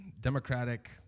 democratic